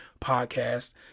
podcast